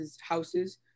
houses